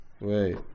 wait